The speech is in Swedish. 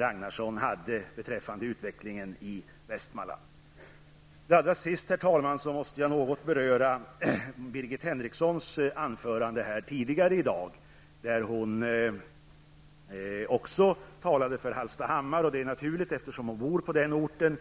Ragnarsson hade beträffande utvecklingen i Västmanland. Allra sist måste jag något beröra Birgit Henrikssons anförande tidigare i dag, i vilket hon också talade för Hallstahammar. Det är naturligt, eftersom hon bor på den orten.